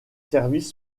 services